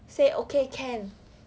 say okay can